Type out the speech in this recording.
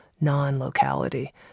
non-locality